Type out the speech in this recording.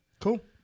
Cool